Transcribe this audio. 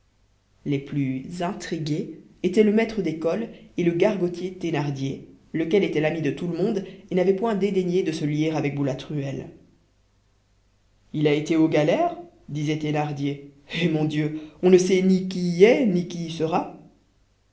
les plus intrigués étaient le maître d'école et le gargotier thénardier lequel était l'ami de tout le monde et n'avait point dédaigné de se lier avec boulatruelle il a été aux galères disait thénardier eh mon dieu on ne sait ni qui y est ni qui y sera